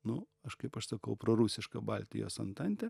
nu aš kaip aš sakau prorusiška baltijos antantė